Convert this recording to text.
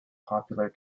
popular